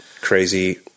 crazy